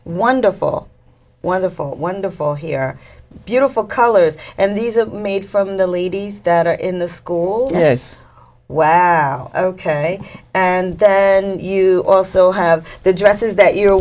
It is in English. wonderful wonderful wonderful here beautiful colors and these are made from the ladies that are in the school wow ok and then you also have the dresses that you're